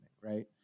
Right